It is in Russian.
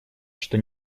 что